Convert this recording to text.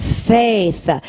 faith